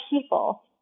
people